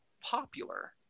popular